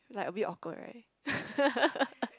like a bit awkward right